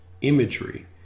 imagery